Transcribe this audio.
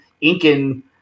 Incan